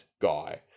guy